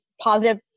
positive